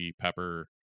Pepper